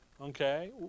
Okay